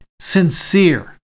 sincere